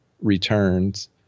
returns